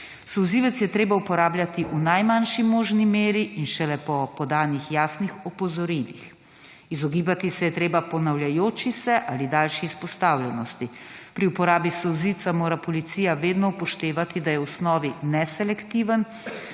Solzivec je treba uporabljati v najmanjši možni meri in šele po podanih jasnih opozorilih. Izogibati se je treba ponavljajoči se ali daljši izpostavljenosti. Pri uporabi solzivca mora policija vedno upoštevati, da je v osnovi neselektiven,